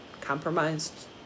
compromised